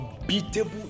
unbeatable